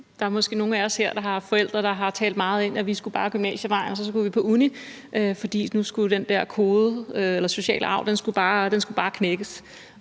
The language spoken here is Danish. Der er måske nogle af os her, der har forældre, der har talt meget for, at vi bare skulle gymnasievejen, og at vi så skulle på uni, fordi den der sociale arv bare skulle knækkes